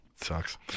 Sucks